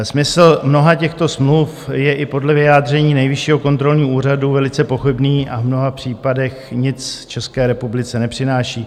Smysl mnoha těchto smluv je i podle vyjádření Nejvyššího kontrolního úřadu velice pochybný a v mnoha případech nic České republice nepřináší.